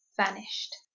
vanished